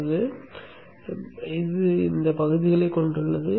இது இந்த பகுதிகளைக் கொண்டுள்ளது